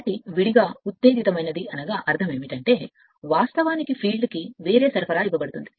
కాబట్టి చూస్తే విడిగా ఉత్తేజితమైందని అర్థం వాస్తవానికి ఫీల్డ్కు వేరే సరఫరా ఇవ్వబడుతుంది